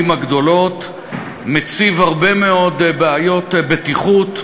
הגדולות מציב הרבה מאוד בעיות בטיחות,